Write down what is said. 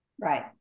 Right